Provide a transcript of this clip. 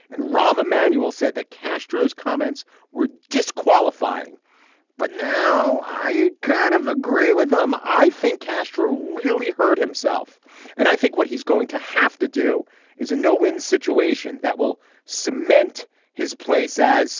and rahm emanuel said that castro's comments were disqualifying but now i kind of agree with them. i think castro really hurt himself and i think what he's going to have to do is a no win situation that will cement his place as